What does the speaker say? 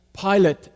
Pilate